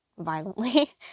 violently